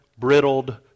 brittled